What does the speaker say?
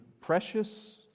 precious